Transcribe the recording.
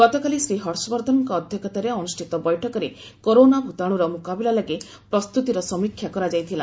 ଗତକାଲି ଶ୍ରୀ ହର୍ଷବର୍ଦ୍ଧନଙ୍କ ଅଧ୍ୟକ୍ଷତାରେ ଅନୁଷ୍ଠିତ ବୈଠକରେ କରୋନା ଭତାଣୁର ମୁକାବିଲା ଲାଗି ପ୍ରସ୍ତୁତିର ସମୀକ୍ଷା କରାଯାଇଥିଲା